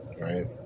right